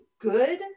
good